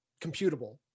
computable